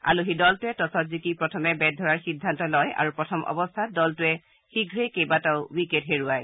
আলহী দলটোৱে টছত জিকি প্ৰথমে বেট ধৰাৰ সিদ্ধান্ত লয় আৰু প্ৰথম অৱস্থাত দলটোৱে শীঘ্ৰেই কেইবাটাও উইকেট হেৰুৱায়